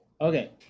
Okay